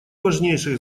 важнейших